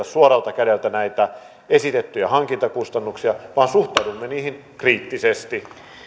suoralta kädeltä näitä esitettyjä hankintakustannuksia vaan suhtaudumme niihin kriittisesti